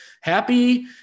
Happy